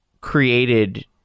created